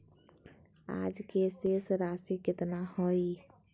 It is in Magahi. आज के शेष राशि केतना हइ?